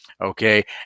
okay